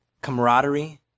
camaraderie